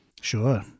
Sure